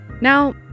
Now